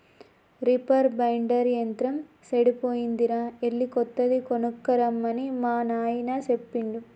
reaper binder యంత్రం సెడిపోయిందిరా ఎళ్ళి కొత్తది కొనక్కరమ్మని మా నాయిన సెప్పిండు